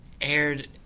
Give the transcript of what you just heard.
aired